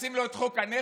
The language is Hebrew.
לשים לו את חוק הנכד?